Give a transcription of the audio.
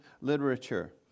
literature